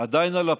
עדיין על הפרק.